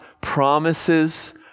promises